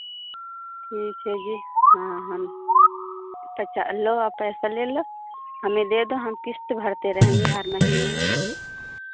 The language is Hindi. ठीक है जी हाँ हम लो आप पैसा ले लो हमें दे दो हम किश्त भरते रहेंगे हर महीना